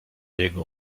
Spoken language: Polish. jego